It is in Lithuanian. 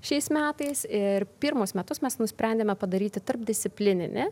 šiais metais ir pirmus metus mes nusprendėme padaryti tarpdisciplininį